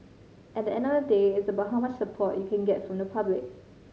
at the end of the day it's about how much support you can get from the public